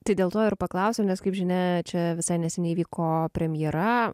tai dėl to ir paklausiau nes kaip žinia čia visai neseniai įvyko premjera